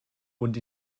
und